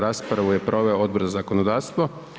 Raspravu je proveo Odbor za zakonodavstvo.